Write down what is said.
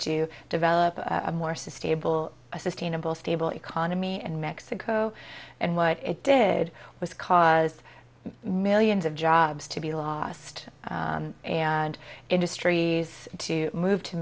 to develop a more sustainable a sustainable stable economy and mexico and what it did was cause millions of jobs to be lost and industries to move to